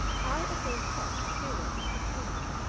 i again thought he looked disappointed.